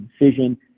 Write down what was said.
decision